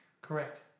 Correct